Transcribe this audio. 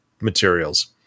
materials